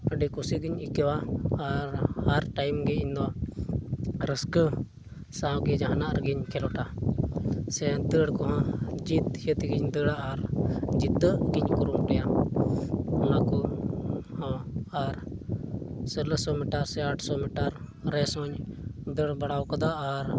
ᱟᱹᱰᱤ ᱠᱩᱥᱤ ᱜᱤᱧ ᱤᱭᱠᱟᱹᱣᱟ ᱟᱨ ᱦᱟᱨ ᱴᱟᱭᱤᱢ ᱜᱮ ᱤᱧ ᱫᱚ ᱨᱟᱹᱥᱠᱟᱹ ᱥᱟᱶ ᱜᱮ ᱡᱟᱦᱟᱱᱟᱜ ᱨᱮᱜᱮᱧ ᱠᱷᱮᱞᱳᱰᱟ ᱥᱮ ᱫᱟᱹᱲ ᱠᱚᱦᱚᱸ ᱡᱮᱫ ᱠᱟᱛᱮᱫ ᱜᱮᱧ ᱫᱟᱲᱟᱜ ᱟᱨ ᱡᱤᱛᱟᱹᱜ ᱜᱮᱧ ᱠᱩᱨᱩᱢᱩᱴᱩᱭᱟ ᱚᱱᱟ ᱠᱚ ᱦᱚᱸ ᱟᱨ ᱥᱳᱞᱳᱥᱚ ᱢᱤᱴᱟᱨ ᱥᱮ ᱟᱴᱥᱚ ᱢᱤᱴᱟᱨ ᱨᱮᱥ ᱦᱚᱧ ᱫᱟᱹᱲ ᱵᱟᱲᱟ ᱟᱠᱟᱫᱟ ᱟᱨ